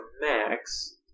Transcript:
Max